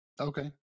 Okay